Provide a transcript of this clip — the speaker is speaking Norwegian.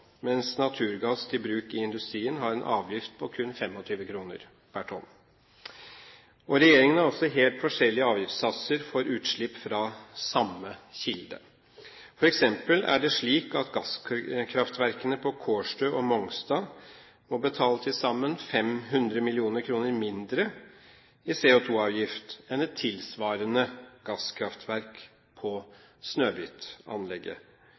mens naturgass til bruk i industrien har en avgift på kun 25 kr per tonn. Regjeringen har også helt forskjellige avgiftssatser for utslipp fra samme kilde. For eksempel er det slik at gasskraftverkene på Kårstø og Mongstad må betale til sammen 500 mill. kr mindre i CO2-avgift enn et tilsvarende gasskraftverk på